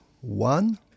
One